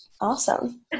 awesome